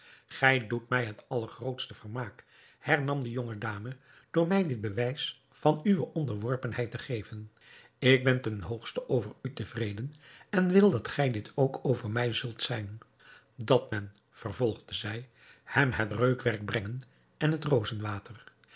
gij doet mij het allergrootste vermaak hernam de jonge dame door mij dit bewijs van uwe onderworpenheid te geven ik ben ten hoogste over u tevreden en wil dat gij dit ook over mij zult zijn dat men vervolgde zij hem het reukwerk brenge en het